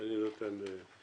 אני נותן לציבור.